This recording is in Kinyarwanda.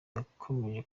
yakomeje